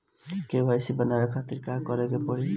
KCC बनवावे खातिर का करे के पड़ी?